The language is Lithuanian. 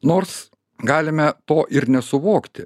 nors galime to ir nesuvokti